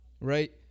right